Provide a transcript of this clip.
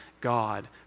God